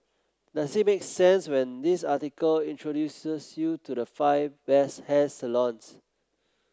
does it make sense when this article introduces you to the five best hair salons